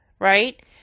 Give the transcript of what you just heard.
right